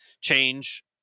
change